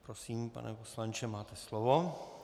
Prosím, pane poslanče, máte slovo.